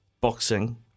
boxing